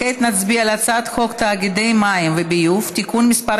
כעת נצביע על הצעת חוק תאגידי מים וביוב (תיקון מס'